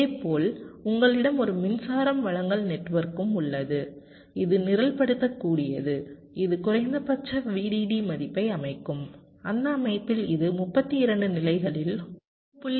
இதேபோல் உங்களிடம் ஒரு மின்சாரம் வழங்கல் நெட்வொர்க்கும் உள்ளது இது நிரல்படுத்தக்கூடியது இது குறைந்தபட்ச VDD மதிப்பை அமைக்கும் அந்த அமைப்பில் இது 32 நிலைகளில் 1